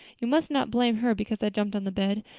you must not blame her because i jumped on the bed.